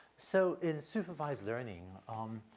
so in supervised learning, um,